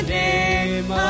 name